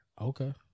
Okay